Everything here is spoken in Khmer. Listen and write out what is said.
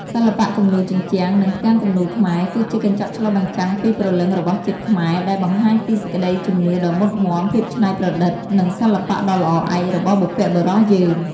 សិល្បៈគំនូរជញ្ជាំង និងផ្ទាំងគំនូរខ្មែរ គឺជាកញ្ចក់ឆ្លុះបញ្ចាំងពីព្រលឹងរបស់ជាតិខ្មែរ ដែលបង្ហាញពីសេចក្តីជំនឿដ៏មុតមាំ ភាពច្នៃប្រឌិត និងសិល្បៈដ៏ល្អឯករបស់បុព្វបុរសយើង។